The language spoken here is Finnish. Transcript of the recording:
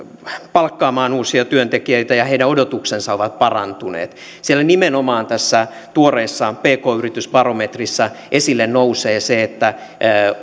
palkkaamaan uusia työntekijöitä ja heidän odotuksensa ovat parantuneet tässä tuoreessa pk yritysbarometrissa nimenomaan esille nousee se että